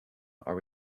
are